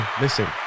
Listen